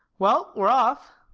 well, we're off,